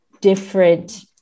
different